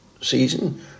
season